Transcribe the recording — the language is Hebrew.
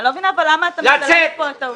אבל אני לא מבינה למה אתה מסלף פה את העובדות.